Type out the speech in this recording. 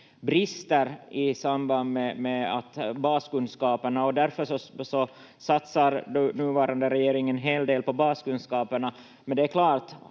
brister i samband med baskunskaperna. Därför satsar nuvarande regering en hel del på baskunskaperna.